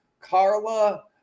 carla